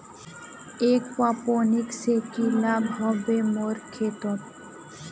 aquaponics से की लाभ ह बे मोर खेतोंत